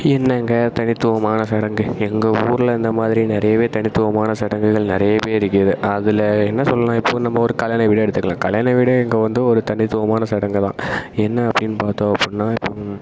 என்னங்க தனித்துவமான சடங்கு எங்கள் ஊரில் இந்தமாதிரி நிறையவே தனித்துவமான சடங்குகள் நிறையவே இருக்குது அதில் என்ன சொல்லலாம் இப்போ நம்ம ஒரு கல்யாண வீடே எடுத்துக்கலாம் கல்யாண வீடே இங்கே வந்து ஒரு தனித்துவமான சடங்குதான் என்ன அப்படின்னு பார்த்தோம் அப்படினா